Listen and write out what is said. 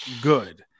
good